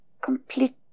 complete